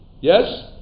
Yes